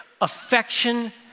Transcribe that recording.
affection